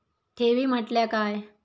ठेवी म्हटल्या काय?